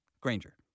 Granger